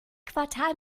quartal